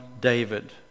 David